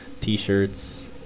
t-shirts